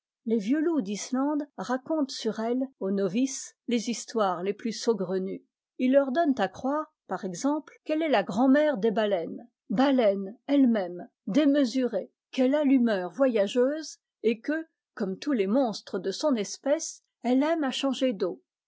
les vieux loups d'islande racontent sur elle aux novices les histoires les plus saugrenues ils leur donnent à croire par exemple qu'elle est la grand'mère des baleines baleine elle-même démesurée qu'elle a l'humeur voyageuse et que comme tous les monstres de son espèce elle aime à changer d'eaux